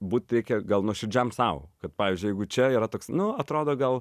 būt reikia gal nuoširdžiam sau kad pavyzdžiui jeigu čia yra toks nu atrodo gal